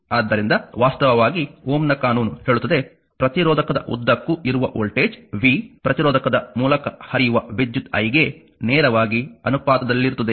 ಆದ್ದರಿಂದ ವಾಸ್ತವವಾಗಿ Ω ನ ಕಾನೂನು ಹೇಳುತ್ತದೆ ಪ್ರತಿರೋಧಕದ ಉದ್ದಕ್ಕೂ ಇರುವ ವೋಲ್ಟೇಜ್ v ಪ್ರತಿರೋಧಕದ ಮೂಲಕ ಹರಿಯುವ ವಿದ್ಯುತ್ i ಗೆ ನೇರವಾಗಿ ಅನುಪಾತದಲ್ಲಿರುತ್ತದೆ